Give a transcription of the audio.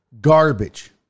Garbage